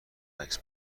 عکس